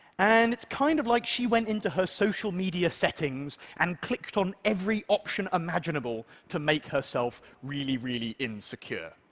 and it's kind of like she went into her social media settings and clicked on every option imaginable to make herself really, really insecure.